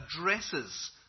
addresses